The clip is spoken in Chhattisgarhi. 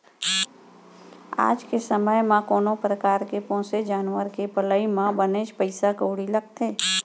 आज के समे म कोनो परकार के पोसे जानवर के पलई म बनेच पइसा कउड़ी लागथे